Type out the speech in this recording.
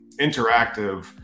interactive